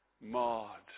marred